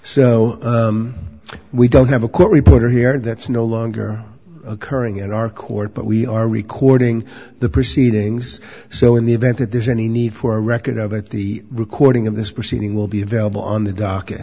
so we don't have a court reporter here that's no longer occurring in our court but we are recording the proceedings so in the event that there's any need for a record of it the recording of this proceeding will be available on the docket